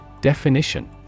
Definition